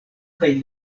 kaj